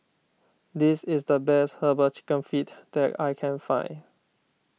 this is the best Herbal Chicken Feet that I can find